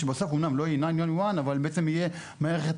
שבסוף אומנם לא יהיה 911 אבל בעצם יהיה מערכת